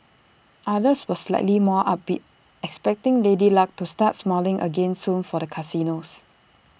others were slightly more upbeat expecting lady luck to start smiling again soon for the casinos